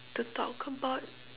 to talk about